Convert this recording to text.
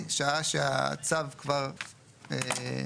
לבצע פעולות לגביית היטל השבחה"; הסבר.